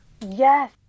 Yes